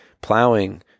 plowing